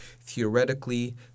theoretically